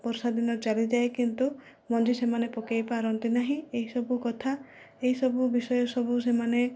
ବର୍ଷା ଦିନ ଚାଲିଯାଏ କିନ୍ତୁ ମଞ୍ଜି ସେମାନେ ପକାଇ ପାରନ୍ତି ନାହିଁ ଏହିସବୁ କଥା ଏହିସବୁ ବିଷୟ ସବୁ ସେମାନେ